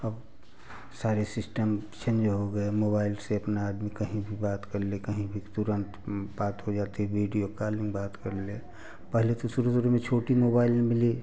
अब सारे system change हो गए मोबाइल से अपना आदमी कहीं भी बात कर ले कहीं भी तुरंत बात हो जाती है वीडियो कालिंग बात कर ले पहले तो शुरू शुरू में छोटी मोबाइल मिली